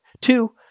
Two